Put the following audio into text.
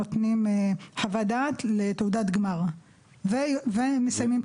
הם נותנים חוות דעת לתעודת גמר והם מסיימים את